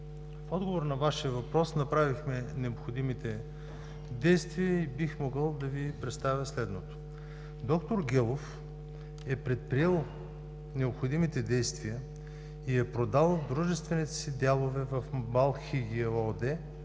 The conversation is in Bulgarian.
в отговор на Вашия въпрос направихме необходимите действия и бих могъл да Ви представя следното. Д-р Гелов е предприел необходимите действия и е продал дружествените си дялове в МБАЛ „Хигия“ ООД